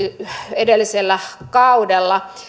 edellisellä kaudella